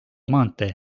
maantee